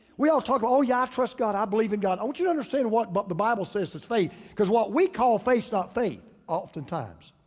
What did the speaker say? we all talk, oh yeah, i trust god, i believe in god. i want you to understand what but the bible says as faith. cause what we call faith is not faith oftentimes.